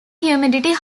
humidity